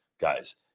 guys